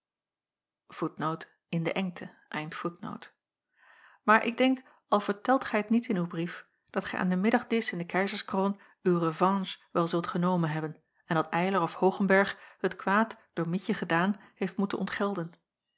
gedreven wordt maar ik denk al vertelt gij t niet in uw brief dat gij aan den middagdisch in de keizerskroon uw revanche wel zult genomen hebben en dat eylar of hoogenberg het kwaad door mietje gedaan heeft moeten ontgelden